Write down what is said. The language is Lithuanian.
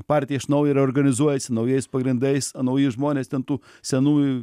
partija iš naujo reorganizuojasi naujais pagrindais nauji žmonės ten tų senųjų